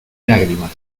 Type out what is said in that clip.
lágrimas